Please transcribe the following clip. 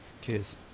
Kiss